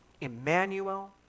Emmanuel